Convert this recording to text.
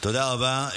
תודה רבה.